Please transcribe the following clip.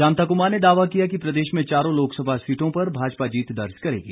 शांता कृमार ने दावा किया कि प्रदेश में चारों लोकसभा सीटों पर भाजपा जीत दर्ज करेगी